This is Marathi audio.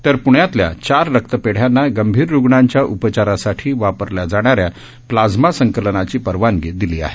तर प्ण्यातल्या चार रक्तपेढयांना गंभीर रुग्णांच्या उपचारासाठी वापरल्या जाणाऱ्या प्लाझ्मा संकलनाची परवानगी दिली आहे